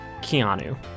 Keanu